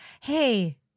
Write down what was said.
Hey